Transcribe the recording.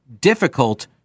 difficult